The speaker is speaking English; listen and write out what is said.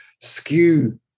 skew